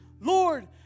Lord